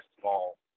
small